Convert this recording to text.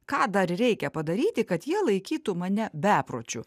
ką dar reikia padaryti kad jie laikytų mane bepročiu